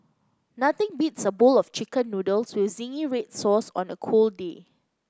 nothing beats a bowl of chicken noodles with zingy red sauce on a cold day